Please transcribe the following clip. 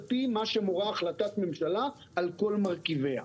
פי מה שמורה החלטת ממשלה על כל מרכיביה.